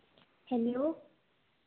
hello